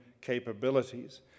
capabilities